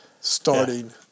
starting